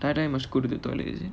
die die must go to the toilet is it